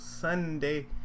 Sunday